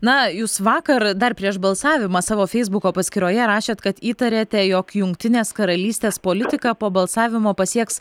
na jūs vakar dar prieš balsavimą savo feisbuko paskyroje rašėt kad įtariate jog jungtinės karalystės politika po balsavimo pasieks